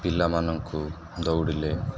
ପିଲାମାନଙ୍କୁ ଦୌଡ଼ିଲେ